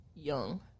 Young